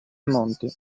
monti